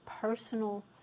personal